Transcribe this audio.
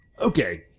Okay